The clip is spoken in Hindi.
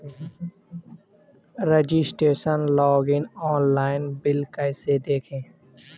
रजिस्ट्रेशन लॉगइन ऑनलाइन बिल कैसे देखें?